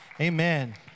Amen